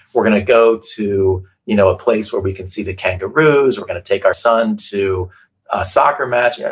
we're going to go to you know a place where we can see the kangaroos, we're going to take our son to a soccer match, yeah